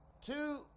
Two